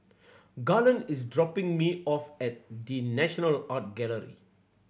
Garland is dropping me off at The National Art Gallery